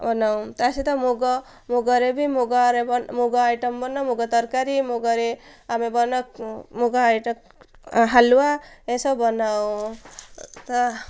ବନାଉ ତା' ସହିତ ମୁଗ ମୁଗରେ ବି ମୁଗରେ ମୁଗ ଆଇଟମ୍ ବନା ମୁଗ ତରକାରୀ ମୁଗରେ ଆମେ ବନାଉ ମୁଗ ଆଇଟମ୍ ହାଲୁଆ ଏସବୁ ବନାଉ ତ